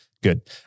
Good